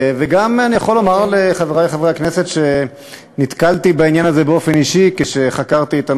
אני יכול לומר לחברי חברי הכנסת שגם נתקלתי בעניין